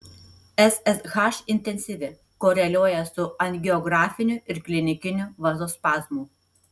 ssh intensyvi koreliuoja su angiografiniu ir klinikiniu vazospazmu